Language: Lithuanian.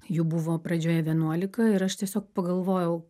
jų buvo pradžioje vienuolika ir aš tiesiog pagalvojau